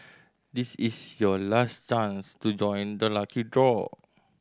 this is your last chance to join the lucky draw